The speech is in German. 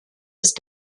ist